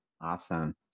Awesome